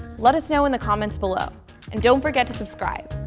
let us know in the comments below and don't forget to subscribe.